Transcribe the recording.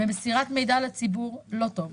ב"מסירת מידע לציבור" לא טוב,